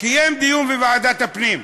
קיים דיון בוועדת הפנים.